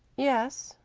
yes,